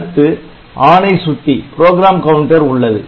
அடுத்து ஆணை சுட்டி உள்ளது